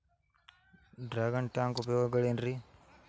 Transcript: Dragon tank ಉಪಯೋಗಗಳೆನ್ರಿ?